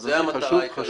זאת המטרה העיקרית.